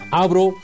abro